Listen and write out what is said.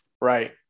right